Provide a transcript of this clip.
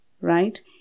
right